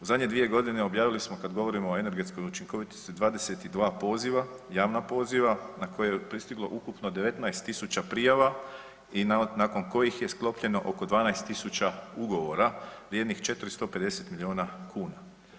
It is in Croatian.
U zadnje 2.g. objavili smo kad govorimo o energetskoj učinkovitosti 22 poziva, javna poziva na koje je pristiglo ukupno 19.000 prijava i nakon kojih je sklopljeno oko 12.000 ugovora vrijednih 450 milijuna kuna.